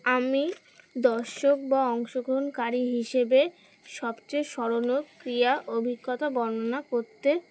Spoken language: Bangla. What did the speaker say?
আমি দর্শক বা অংশগ্রহণকারী হিসেবে সবচেয়ে স্মরণীয় ক্রিয়া অভিজ্ঞতা বর্ণনা করতে